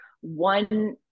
one